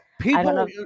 people